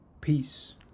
Peace